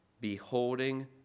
beholding